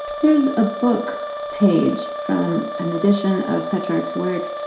here's a book page from an edition of petrarch's work,